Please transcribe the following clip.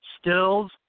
Stills